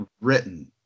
written